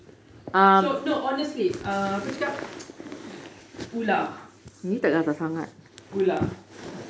so no honestly uh apa cakap ular-ular